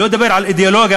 לא מדבר עכשיו על אידיאולוגיה.